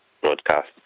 broadcast